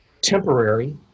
temporary